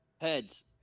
heads